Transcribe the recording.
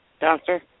Doctor